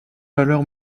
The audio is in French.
valeur